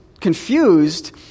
confused